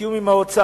בתיאום עם האוצר,